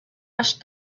asked